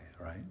right